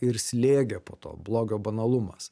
ir slėgė po to blogio banalumas